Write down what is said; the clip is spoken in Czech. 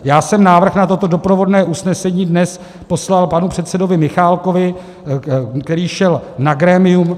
Já jsem návrh na toto doprovodné usnesení dnes poslal panu předsedovi Michálkovi, který šel na grémium.